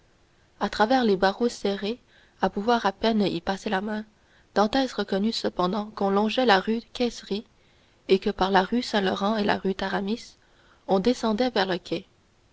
à travers les barreaux serrés à pouvoir à peine y passer la main dantès reconnut cependant qu'on longeait la rue caisserie et que par la rue saint-laurent et la rue taramis on descendait vers le quai